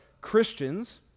Christians